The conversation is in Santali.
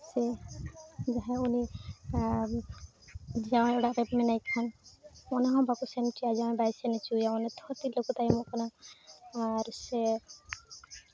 ᱥᱮ ᱡᱟᱦᱟᱸᱭ ᱩᱱᱤ ᱡᱟᱶᱟᱭ ᱚᱲᱟᱜ ᱨᱮ ᱢᱮᱱᱟᱭ ᱠᱷᱟᱱ ᱚᱱᱟᱦᱚᱸ ᱵᱟᱠᱚ ᱥᱮᱱ ᱦᱚᱪᱚᱣᱟᱭᱟ ᱟᱡ ᱡᱟᱶᱟᱭ ᱵᱟᱭ ᱥᱮᱱ ᱦᱚᱪᱚᱣᱟᱭᱟ ᱚᱱᱟ ᱛᱮᱦᱚᱸ ᱛᱤᱨᱞᱟᱹ ᱠᱚ ᱛᱟᱭᱚᱢᱚᱜ ᱠᱟᱱᱟ ᱟᱨ ᱥᱮ